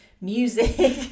music